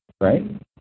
right